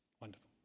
wonderful